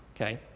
okay